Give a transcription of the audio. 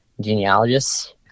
genealogists